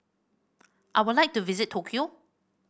I would like to visit Tokyo